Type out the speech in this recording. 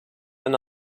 and